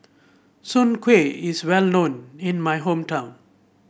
Soon Kueh is well known in my hometown